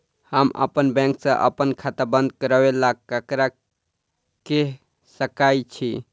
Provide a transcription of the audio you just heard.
हम अप्पन बैंक सऽ अप्पन खाता बंद करै ला ककरा केह सकाई छी?